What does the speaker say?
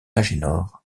agénor